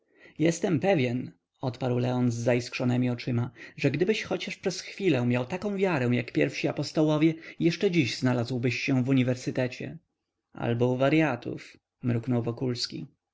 jestem pewien odparł leon z zaiskrzonemi oczyma że gdybyś choć przez chwilę miał taką wiarę jak pierwsi apostołowie jeszcze dziś znalazłbyś się w uniwersytecie albo u waryatów mruknął wokulski